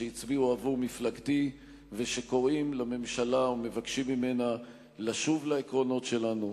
שהצביעו עבור מפלגתי ושקוראים לממשלה ומבקשים ממנה לשוב לעקרונות שלנו,